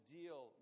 deal